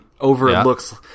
overlooks